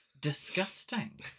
Disgusting